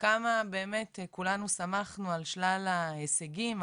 כמה באמת כולנו שמחנו על שלל ההישגים,